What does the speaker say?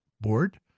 board